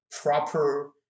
proper